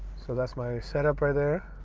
so that's my setup right there.